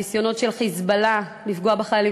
הניסיונות של "חיזבאללה" לפגוע בחיילים